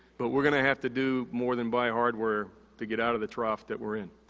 but we're gonna have to do more than buy hardware to get out of the trough that we're in.